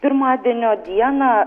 pirmadienio dieną